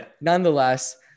nonetheless